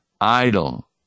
Idle